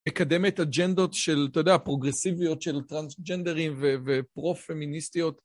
מקדמת אג'נדות של, אתה יודע, פרוגרסיביות של טרנסג'נדרים ופרו פמיניסטיות.